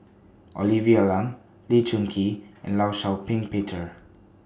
Olivia Lum Lee Choon Kee and law Shau Ping Peter